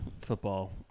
football